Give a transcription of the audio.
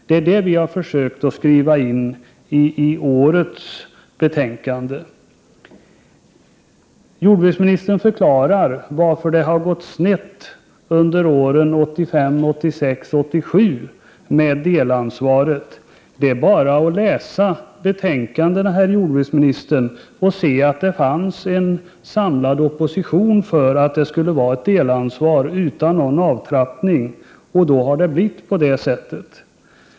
Det är detta vi har försökt skriva in i årets betänkande. Jordbruksministern förklarar varför det har gått snett under åren 1985, 1986 och 1987 med delansvaret. Det är bara att läsa betänkandena, herr jordbruksminister, och se att det fanns en samlad opposition för ett delansvar utan någon avtrappning. Därmed har det blivit på det sättet.